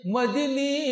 Madini